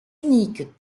unique